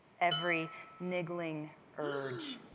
every niggling urge,